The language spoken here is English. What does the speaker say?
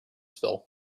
spill